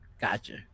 gotcha